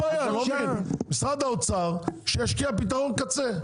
שמשרד האוצר ישקיע בפתרון קצה.